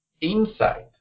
insight